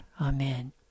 Amen